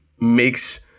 makes